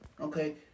Okay